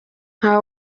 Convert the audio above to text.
nka